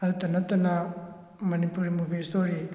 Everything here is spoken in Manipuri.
ꯑꯗꯨꯇ ꯅꯠꯇꯅ ꯃꯅꯤꯄꯨꯔꯤ ꯃꯨꯚꯤ ꯁ꯭ꯇꯣꯔꯤ